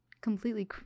completely